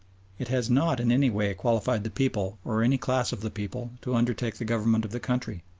it has not in any way qualified the people or any class of the people to undertake the government of the country.